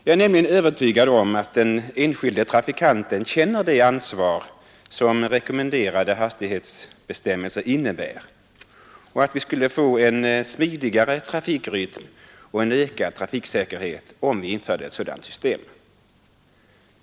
Jag är nämligen övertygad om att den enskilde trafikanten känner det ansvar som rekommenderade hastighetsbestämmelser innebär och att vi skulle få en smidigare trafikrytm och en ökad trafiksäkerhet om vi införde ett sådant system.